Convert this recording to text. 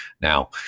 now